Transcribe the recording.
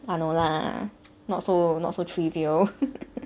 ah no lah not so not so trivial